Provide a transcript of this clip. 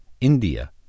India